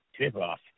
tip-off